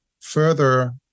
further